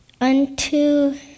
unto